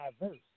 diverse